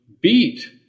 beat